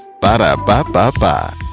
Ba-da-ba-ba-ba